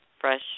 fresh